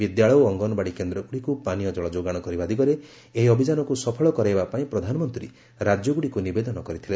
ବିଦ୍ୟାଳୟ ଓ ଅଙ୍ଗନବାଡି କେନ୍ଦ୍ରଗୁଡ଼ିକୁ ପାନୀୟ କଳ ଯୋଗାଣ କରିବା ଦିଗରେ ଏହି ଅଭିଯାନକୁ ସଫଳ କରାଇବା ପାଇଁ ପ୍ରଧାନମନ୍ତ୍ରୀ ରାଜ୍ୟଗୁଡ଼ିକୁ ନିବେଦନ କରିଥିଲେ